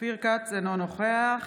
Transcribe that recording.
אינו נוכח